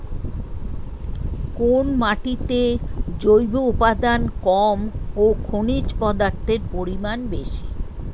কোন মাটিতে জৈব উপাদান কম ও খনিজ পদার্থের পরিমাণ বেশি?